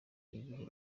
igihe